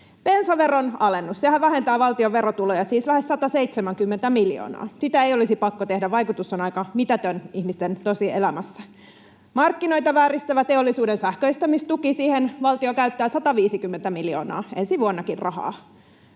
Bensaveron alennus, sehän vähentää valtion verotuloja siis lähes 170 miljoonaa. Sitä ei olisi pakko tehdä, vaikutus on aika mitätön ihmisten tosielämässä. Markkinoita vääristävään teollisuuden sähköistämistukeen valtio käyttää 150 miljoonaa ensi vuonnakin rahaa.